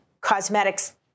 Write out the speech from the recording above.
cosmetics